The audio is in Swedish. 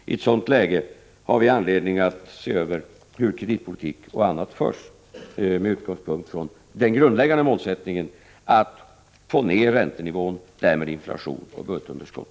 Vi har i stället anledning att se över hur kreditpolitik och annan politik förs — med utgångspunkt i den grundläggande målsättningen att få ned räntenivån och därmed inflationsoch budgetunderskott.